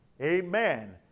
Amen